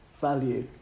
value